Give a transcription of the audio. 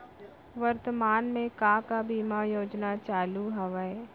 वर्तमान में का का बीमा योजना चालू हवये